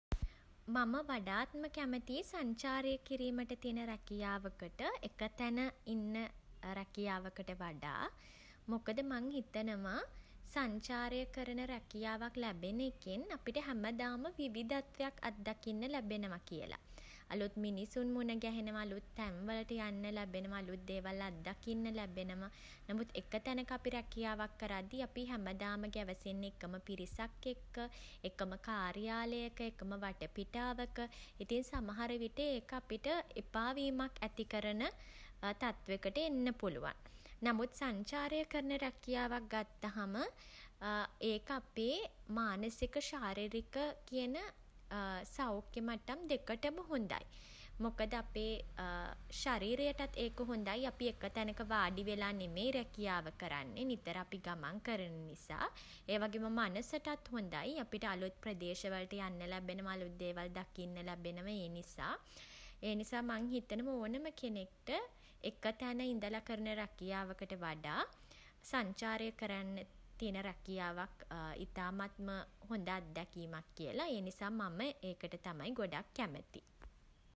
මම වඩාත්ම කැමතියි සංචාරය කිරීමට තියෙන රැකියාවකට එකතැන ඉන්න රැකියාවකට වඩා. මොකද මං හිතනවා සංචාරය කරන රැකියාවක් ලැබෙන එකෙන් අපිට හැමදාම විවිධත්වයක් අත්දකින්න ලැබෙනවා කියල. අලුත් මිනිසුන් මුණ ගැහෙනවා. අලුත් තැන්වලට යන්න ලැබෙනවා. අලුත් දේවල් අත්දකින්න ලැබෙනවා. නමුත් එක තැනක අපි රැකියාවක් කරද්දී අපි හැමදාම ගැවසෙන්නේ එකම පිරිසක් එක්ක. එකම කාර්යාලයක එකම වටපිටාවක. ඉතින් සමහරවිට ඒක අපිට එපා වීමක් ඇති කරන තත්වෙකට එන්න පුලුවන්. නමුත් සංචාරය කරන රැකියාවක් ගත්තහම ඒක අපේ මානසික ශාරීරික කියන සෞඛ්‍යය මට්ටම් දෙකටම හොඳයි. මොකද අපේ ශරීරයටත් ඒක හොඳයි. අපි එක තැනක වාඩිවෙලා නෙමෙයි රැකියාව කරන්නේ නිතර අපි ගමන් කරන නිසා. ඒ වගේම මනසටත් හොඳයි. අපිට අලුත් ප්‍රදේශවලට යන්න ලැබෙනවා. අලුත් දේවල් දකින්න ලැබෙනවා ඒ නිසා. ඒ නිසා මං හිතනවා ඕනම කෙනෙක්ට එක තැන ඉඳලා කරන රැකියාවකට වඩා සංචාරය කරන්න තියෙන රැකියාවක් ඉතාමත්ම හොඳ අත්දැකීමක් කියල. ඒ නිසා මම ඒකට තමයි ගොඩක් කැමති.